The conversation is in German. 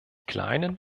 kleinen